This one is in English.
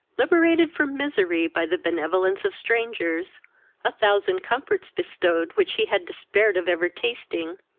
liberated from misery by the benevolence of strangers a thousand comforts bestowed which he had despaired of ever tasting,